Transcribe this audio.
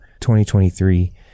2023